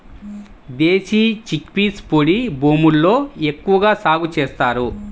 దేశీ chickpeas పొడి భూముల్లో ఎక్కువగా సాగు చేస్తారు